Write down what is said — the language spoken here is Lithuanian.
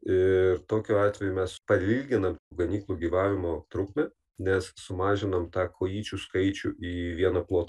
ir tokiu atveju mes pailginam ganyklų gyvavimo trukmę nes sumažinom tą kojyčių skaičių į vieną ploto